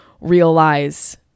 realize